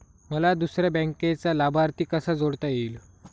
मला दुसऱ्या बँकेचा लाभार्थी कसा जोडता येईल?